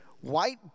white